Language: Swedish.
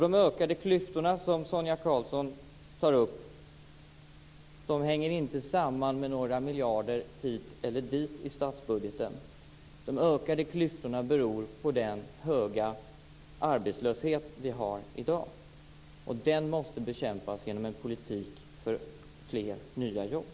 De ökade klyftorna som Sonia Karlsson tar upp hänger inte samman med några miljarder hit eller dit i statsbudgeten. De ökade klyftorna beror på den höga arbetslöshet som vi har i dag. Och den måste bekämpas genom en politik för fler nya jobb.